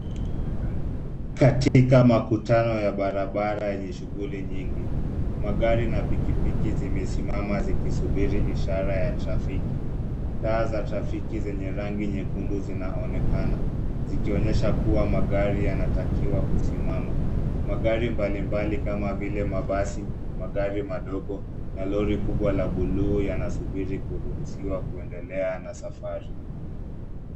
Katika makutano ya barabara yenye shughuli nyingi, magari na pikipiki zimesimama zikisubiri ishara ya trafiki. Taa za trafiki zenye rangi nyekundu zinaonekana, zikionyesha kuwa magari yanatakiwa kusimama. Magari mbalimbali kama vile mabasi, magari madogo na lori kubwa la buluu yanasubiri kuruhusiwa kuendelea na safari.